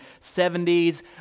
70s